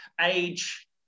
age